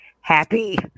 happy